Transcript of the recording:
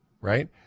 right